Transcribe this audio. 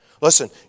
Listen